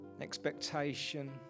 Expectation